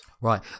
Right